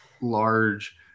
large